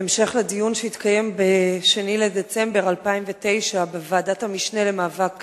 בהמשך לדיון שהתקיים ב-2 בדצמבר 2009 בוועדת המשנה למאבק